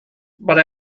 but